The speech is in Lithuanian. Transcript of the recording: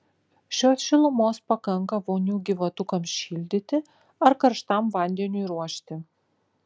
šios šilumos pakanka vonių gyvatukams šildyti ar karštam vandeniui ruošti